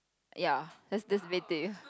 ya